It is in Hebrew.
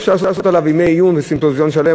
אפשר לעשות עליו ימי עיון וסימפוזיון שלם,